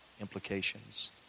implications